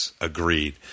agreed